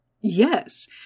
Yes